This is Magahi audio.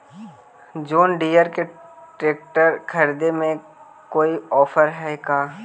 जोन डियर के ट्रेकटर खरिदे में कोई औफर है का?